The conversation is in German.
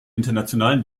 internationalen